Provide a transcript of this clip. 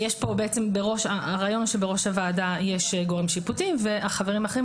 הוא שבראש הוועדה יש גורם שיפוטי והחברים האחרים